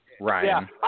Ryan